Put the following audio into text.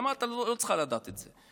היא אמרה: את לא צריכה לדעת את זה.